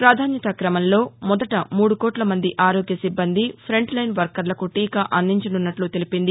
ప్రాధాస్యతా క్రమంలో మొదట మూడు కోట్ల మంది ఆరోగ్య సిబ్బంది ప్రంట్లైన్ వర్మర్లకు టీకా అందించనున్నట్లు తెలిపింది